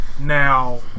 Now